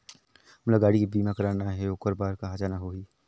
मोला गाड़ी के बीमा कराना हे ओकर बार कहा जाना होही?